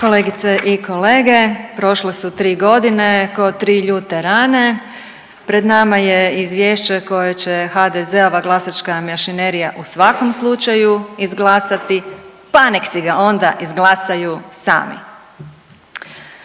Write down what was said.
Kolegice i kolege, prošle su 3.g. ko 3 ljute rane, pred nama je Izvješće koje će HDZ-ova glasačka mašinerija u svakom slučaju izglasati, pa nek si ga onda izglasaju sami.